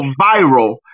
viral